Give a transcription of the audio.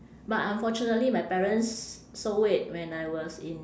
but unfortunately my parents sold it when I was in